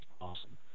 awesome